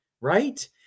right